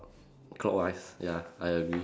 clockwise ya I agree